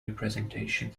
representation